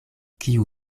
kiu